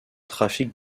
trafic